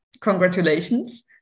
Congratulations